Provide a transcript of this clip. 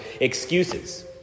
excuses